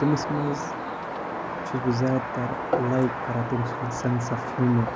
تٔمِس منٛز چھُس بہٕ زیادٕ تَر لایِک کَران تٔمۍ سُنٛد سینٕس آف ہیوٗمَر